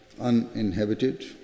uninhabited